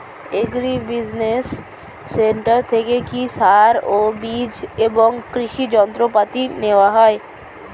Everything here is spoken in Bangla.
এগ্রি বিজিনেস সেন্টার থেকে কি সার ও বিজ এবং কৃষি যন্ত্র পাতি দেওয়া হয়?